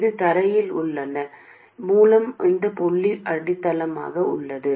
இது தரையில் உள்ளது மூலம் இந்த புள்ளி அடித்தளமாக உள்ளது